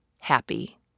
happy